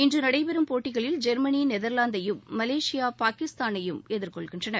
இன்று நடைபெறும் போட்டிகளில் ஜொமனி நெதாலாந்தையும் மலேசியா பாகிஸ்தானையும் எதிர்கொள்கின்றன